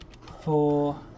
Four